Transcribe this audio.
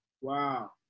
Wow